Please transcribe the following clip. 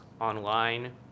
online